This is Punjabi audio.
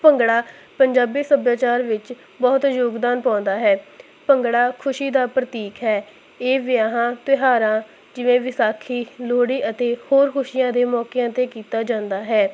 ਭੰਗੜਾ ਪੰਜਾਬੀ ਸੱਭਿਆਚਾਰ ਵਿੱਚ ਬਹੁਤ ਯੋਗਦਾਨ ਪਾਉਂਦਾ ਹੈ ਭੰਗੜਾ ਖੁਸ਼ੀ ਦਾ ਪ੍ਰਤੀਕ ਹੈ ਇਹ ਵਿਆਹਾਂ ਤਿਉਹਾਰਾਂ ਜਿਵੇਂ ਵਿਸਾਖੀ ਲੋਹੜੀ ਅਤੇ ਹੋਰ ਖੁਸ਼ੀਆਂ ਦੇ ਮੌਕਿਆਂ 'ਤੇ ਕੀਤਾ ਜਾਂਦਾ ਹੈ